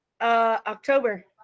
October